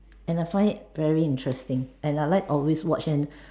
and I find it very interesting and I like always watch and